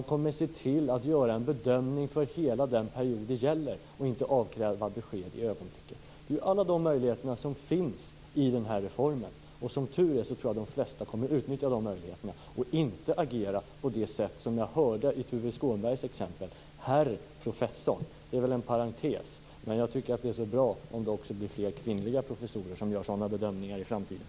De kommer att se till att göra en bedömning av hela den period det gäller och inte avkräva besked i ögonblicket. Det är alla de möjligheterna som finns i den här reformen. Som tur är tror jag att de flesta kommer att utnyttja de möjligheterna och inte agera på det sätt som jag hörde i Tuve Skånbergs exempel. "Herr" professor är väl en parentes, men jag tycker det vore bra om det också blir fler kvinnliga professorer som gör sådana bedömningar i framtiden.